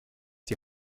die